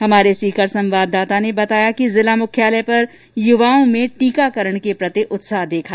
हमारे सीकर संवाददाता ने बताया कि जिला मुख्यालय पर युवाओं में टीकाकरण के प्रति उत्साह दिखा